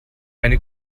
eine